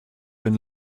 been